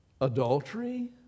adultery